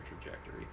trajectory